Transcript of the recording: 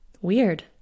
Weird